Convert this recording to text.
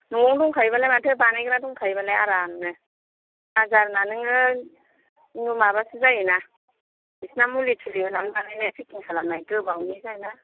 न'आवनो दंखायोबालाय माथो बानायग्रा दंखायोबालाय आरामनो हाजारना नोङो माबासो जायोना बिसोरना मुलि थुलि होनानै बानायनाय पेकिं खालामनाय गोबावनि जायो ना